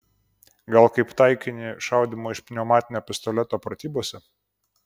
gal kaip taikinį šaudymo iš pneumatinio pistoleto pratybose